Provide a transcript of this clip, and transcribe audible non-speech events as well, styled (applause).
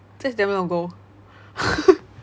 that's damn long ago (laughs)